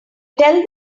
tell